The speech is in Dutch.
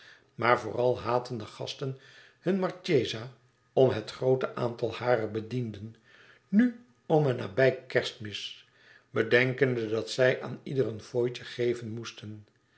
maar vooral haatten de gasten hunne marchesa om het groote aantal harer bedienden nu om en bij kerstmis bedenkende dat zij aan ieder een fooitje geven moesten